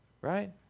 right